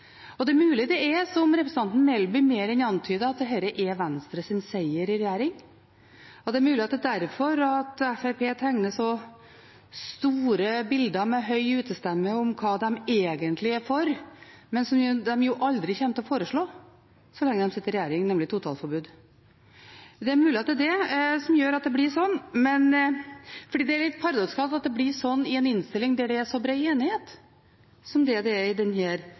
Det er mulig det er som representanten Melby mer enn antyder, at dette er Venstres seier i regjering. Og det er mulig at det er derfor Fremskrittspartiet med høy utestemme tegner så store bilder av hva de egentlig er for, men som de aldri kommer til å foreslå så lenge de sitter i regjering, nemlig totalforbud. Det er mulig at det er det som gjør at det blir slik, men det er litt paradoksalt at det blir slik i en innstilling der det er så bred enighet som det er i denne innstillingen. For Senterpartiet er det enkelt: Vi har programfestet et forslag som er